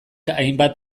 hainbat